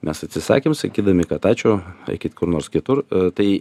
mes atsisakėm sakydami kad ačiū eikit kur nors kitur tai